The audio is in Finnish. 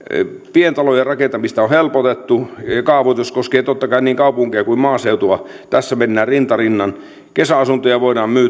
pientalojen rakentamista on helpotettu kaavoitus koskee totta kai niin kaupunkeja kuin maaseutua tässä mennään rinta rinnan kesäasuntoja voidaan